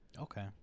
Okay